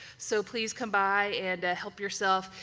so, please come by and help yourself.